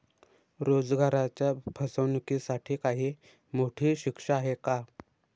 रोजगाराच्या फसवणुकीसाठी काही मोठी शिक्षा आहे का?